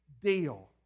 deal